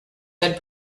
had